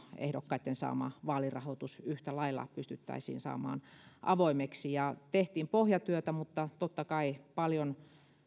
ehdokkaitten yksityishenkilöiltä saama vaalirahoitus yhtä lailla pystyttäisiin saamaan avoimeksi tehtiin pohjatyötä mutta totta kai paljon